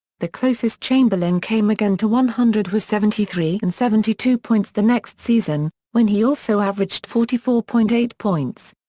the closest chamberlain came again to one hundred was seventy three and seventy two points the next season, when he also averaged forty four point eight points.